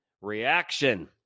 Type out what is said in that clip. reaction